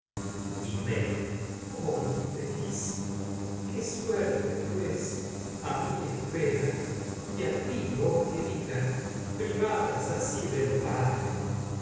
oh infeliz qué suerte pues a mí espera y a ti oh querida privadas así del padre